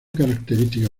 característica